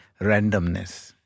randomness